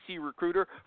recruiter